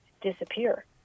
disappear